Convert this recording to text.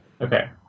Okay